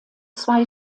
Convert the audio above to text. zwei